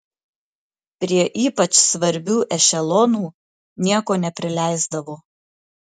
prie ypač svarbių ešelonų nieko neprileisdavo